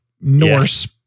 Norse